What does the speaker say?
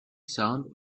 sound